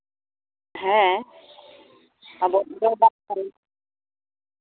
ᱦᱮᱸ ᱟᱵᱚ ᱫᱚ ᱵᱟᱨ ᱛᱟᱹᱨᱤᱠᱷ